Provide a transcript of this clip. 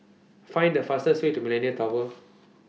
Find The fastest Way to Millenia Tower